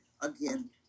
again